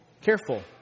careful